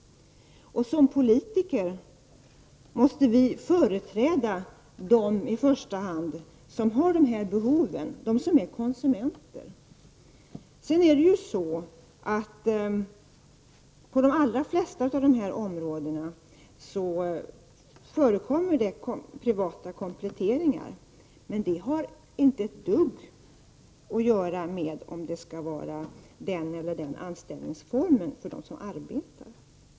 Som politiker måste vi i första hand företräda dem som har dessa behov, dvs. de som är konsumenter. På de flesta av dessa områden förekommer det privata kompletteringar, men det har inte ett dugg att göra med anställningsformen för dem som arbetar.